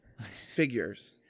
Figures